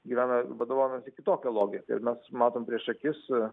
gyvena vadovaunasi kitokia logika ir mes matome prieš akis